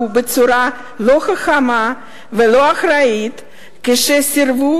התנהגו בצורה לא חכמה ולא אחראית כאשר סירבו